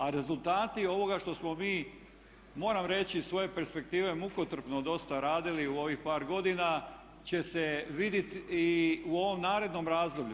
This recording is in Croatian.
A rezultati ovoga što smo mi moram reći iz svoje perspektive mukotrpno dosta radili u ovih par godina će se vidit i u ovom narednom razdoblju.